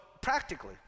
practically